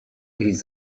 his